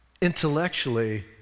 intellectually